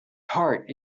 tart